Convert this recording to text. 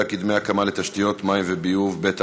ואנחנו נצביע על העברת הנושא דמי הקמה של תשתיות מים וביוב בתאגידים,